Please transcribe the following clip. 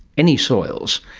any soils,